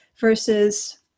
versus